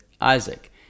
Isaac